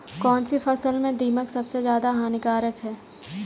कौनसी फसल में दीमक सबसे ज्यादा हानिकारक है?